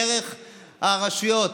דרך הרשויות,